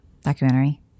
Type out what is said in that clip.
Documentary